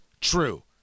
true